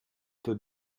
peut